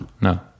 no